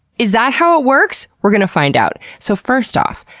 is that how it works? we're gonna find out. so first off,